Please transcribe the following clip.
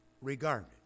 regarded